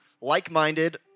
like-minded